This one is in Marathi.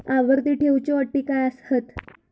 आवर्ती ठेव च्यो अटी काय हत?